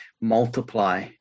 multiply